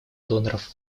доноров